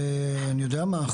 אני יודע מה,